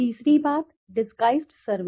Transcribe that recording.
तीसरी बात डिसगाइज्ड सर्वे